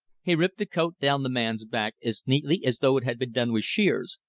he ripped the coat down the man's back as neatly as though it had been done with shears,